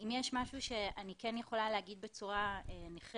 אם יש משהו שאני כן יכולה להגיד בצורה נחרצת